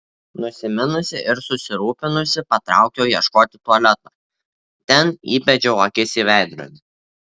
nusiminusi ir susirūpinusi patraukiau ieškoti tualeto ten įbedžiau akis į veidrodį